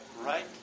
right